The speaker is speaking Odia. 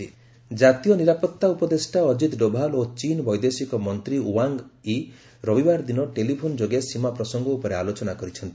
ଇଣ୍ଡିଆ ଚୀନ୍ ଏଗ୍ରି ଜାତୀୟ ନିରାପତ୍ତା ଉପଦେଷ୍ଟା ଅଜିତ୍ ଡୋଭାଲ୍ ଓ ଚୀନ୍ ବୈଦେଶିକ ମନ୍ତ୍ରୀ ୱାଙ୍ଗ୍ ୟି ରବିବାର ଦିନ ଟେଲିଫୋନ୍ ଯୋଗେ ସୀମା ପ୍ରସଙ୍ଗ ଉପରେ ଆଲୋଚନା କରିଛନ୍ତି